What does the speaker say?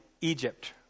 Egypt